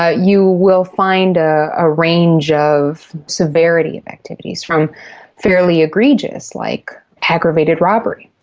ah you will find a ah range of severity of activities. from fairly egregious, like aggravated robbery,